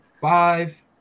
five